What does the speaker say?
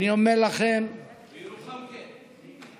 בירוחם כן.